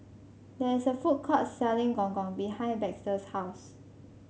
there is a food court selling Gong Gong behind Baxter's house